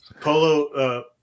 polo